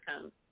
come